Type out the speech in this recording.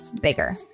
bigger